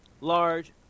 large